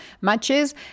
matches